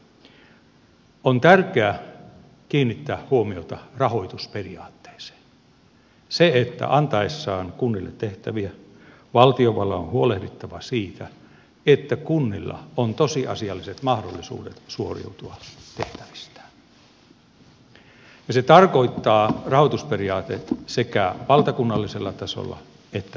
on tärkeää kiinnittää huomiota rahoitusperiaatteeseen siihen että antaessaan kunnille tehtäviä valtiovallan on huolehdittava siitä että kunnilla on tosiasialliset mahdollisuudet suoriutua tehtävistään ja se tarkoittaa rahoitusperiaatetta sekä valtakunnallisella tasolla että kuntatasolla